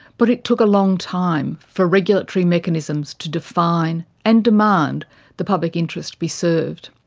but it took a long time for regulatory mechanisms to define and demand the public interest be served.